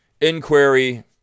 inquiry